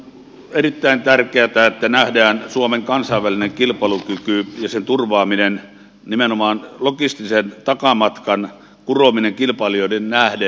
on erittäin tärkeätä että nähdään suomen kansainvälinen kilpailukyky ja sen turvaaminen nimenomaan logistisen takamatkan kurominen kilpailijoihin nähden